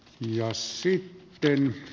ja syy tai